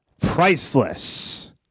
Priceless